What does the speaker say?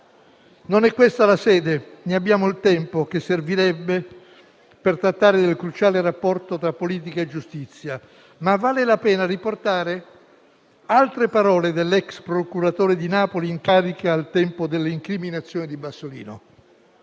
Non è questa la sede, né abbiamo il tempo necessario per trattare del cruciale rapporto tra politica e giustizia, ma vale la pena riportare altre parole dell'ex procuratore di Napoli in carica al tempo dell'incriminazione di Bassolino.